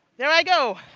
there i go.